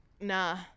Nah